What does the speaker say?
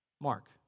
Mark